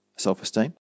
self-esteem